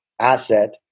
asset